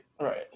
Right